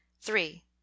three